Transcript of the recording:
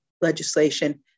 legislation